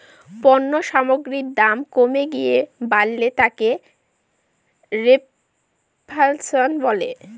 পণ্য সামগ্রীর দাম কমে গিয়ে বাড়লে তাকে রেফ্ল্যাশন বলে